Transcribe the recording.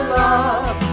love